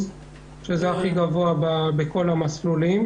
שזה הכי גבוה בכל המסלולים.